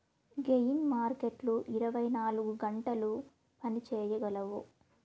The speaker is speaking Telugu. గెయిన్ మార్కెట్లు ఇరవై నాలుగు గంటలు పని చేయగలవు